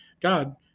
God